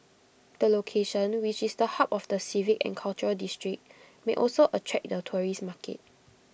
the location which is the hub of the civic and cultural district may also attract the tourist market